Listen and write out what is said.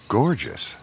gorgeous